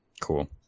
Cool